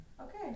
Okay